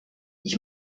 ich